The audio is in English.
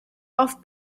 off